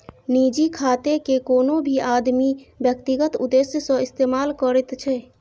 निजी खातेकेँ कोनो भी आदमी व्यक्तिगत उद्देश्य सँ इस्तेमाल करैत छै